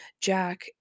Jack